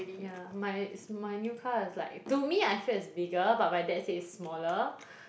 ya my s~ my new car is like to me I feel like it's bigger but my dad say it's smaller